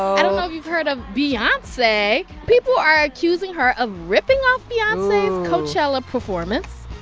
i don't know if you've heard of beyonce. people are accusing her of ripping off beyonce's coachella performance,